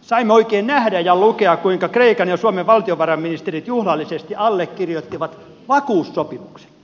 saimme oikein nähdä ja lukea kuinka kreikan ja suomen valtiovarainministerit juhlallisesti allekirjoittivat vakuussopimuksen